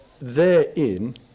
therein